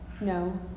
no